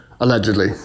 allegedly